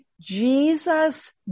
Jesus